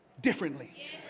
differently